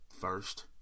first